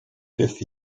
fifth